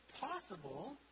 possible